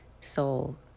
soul